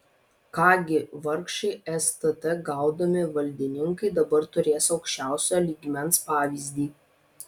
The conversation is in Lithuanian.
ką gi vargšai stt gaudomi valdininkai dabar turės aukščiausio lygmens pavyzdį